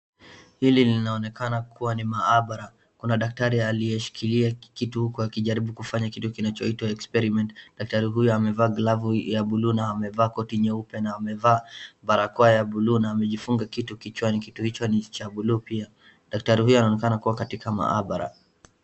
Hili linaonekana kuwa ni maabara, kuna daktari aliyeshikilia kikitu akijarubu kufanya kitu kinachoitwa experiment daktari huyu amevaa glavu ya bluu na amevaa koti nyeupe na amevaa barakoa ya bluu na amejifunga kitu kichwani. Kitu hicho ni cha bluu pia. Daktari huyo anaonekana kuwa katika maabara.